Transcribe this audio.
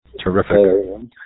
Terrific